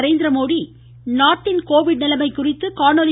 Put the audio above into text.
நரேந்திரமோதி நாட்டின் கோவிட் நிலைமை குறித்து காணொலி